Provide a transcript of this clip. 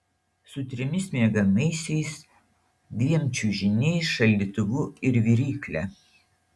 su trimis miegamaisiais dviem čiužiniais šaldytuvu ir virykle